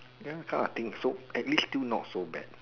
ya that kind of thing so at least still not so bad